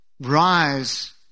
rise